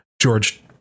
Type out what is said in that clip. George